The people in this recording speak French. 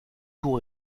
tout